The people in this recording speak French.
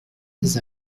des